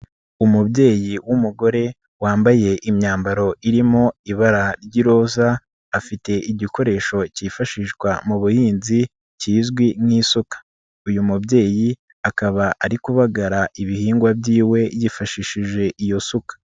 Umubyeyi w'umugore wambaye imyambaro irimo ibara ry'iroza, afite igikoresho cyifashishwa mu buhinzi, kizwi nk'isuka. Uyu mubyeyi akaba ari kubabagara ibihingwa by'iwe yifashishije iyo suka.